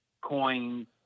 coins